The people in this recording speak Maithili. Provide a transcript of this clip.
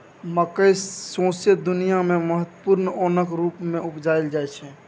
मकय सौंसे दुनियाँ मे महत्वपूर्ण ओनक रुप मे उपजाएल जाइ छै